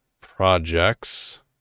projects